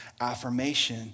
affirmation